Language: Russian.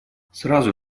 сразу